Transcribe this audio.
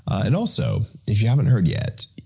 and also, if you haven't heard yet,